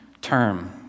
term